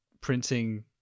printing